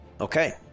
Okay